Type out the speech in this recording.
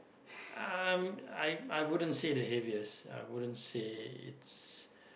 um I I wouldn't say the heaviest I wouldn't say it's